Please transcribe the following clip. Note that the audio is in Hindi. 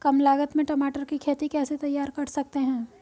कम लागत में टमाटर की खेती कैसे तैयार कर सकते हैं?